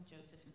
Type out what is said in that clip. Joseph